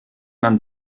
man